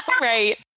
Right